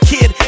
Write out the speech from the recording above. Kid